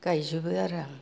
गाइजोबो आरो आं